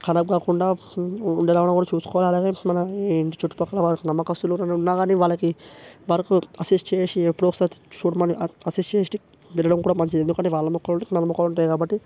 ఖరాబ్కాకుండా ఉండేలాగాను చూసుకోవాలి అలాగే మన ఇంటి చుట్టు పక్కల వాళ్ళు నమ్మకస్తులెవరైనా ఉన్నాకాని వాళ్ళకి వర్క్ అసిస్ట్ చేసి ఎపుడో ఒకసారి చూడమని అసిస్ట్ చేసి వెళ్ళడం కూడా మంచిదే ఎందుకంటే వాళ్ళ మొక్కలుంటాయి మన మొక్కలుంటాయి కాబట్టి